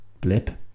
blip